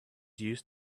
used